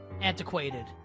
antiquated